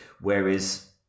Whereas